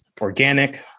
organic